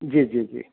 جی جی جی